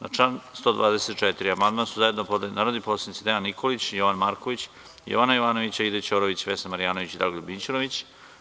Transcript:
Na član 124. amandman su zajedno podneli narodni poslanici Dejan Nikolić, Jovan Marković, Jovana Jovanović, Aida Ćorović, Vesna Marjanović i Dragoljub Mićunović.